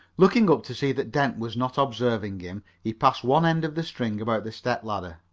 looking up to see that dent was not observing him, he passed one end of the string about the step-ladder.